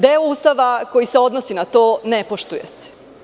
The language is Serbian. Deo Ustava koji se odnosi na to ne poštuje se.